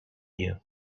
you